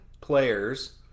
players